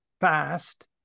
fast